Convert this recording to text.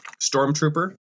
Stormtrooper